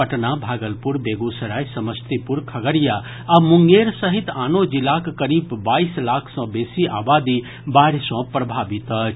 पटना भागलपुर बेगूसराय समस्तीपुर खगडिया आ मुंगेर सहित आनो जिलाक करीब बाइस लाख सँ बेसी आबादी बाढ़ि सँ प्रभावित अछि